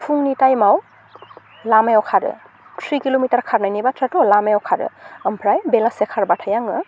फुंनि टाइमाव लामायाव खारो थ्रि किल'मिटार खारनायनि बाथ्राथ' लामायाव खारो ओमफ्राय बेलासे खारबाथाय आङो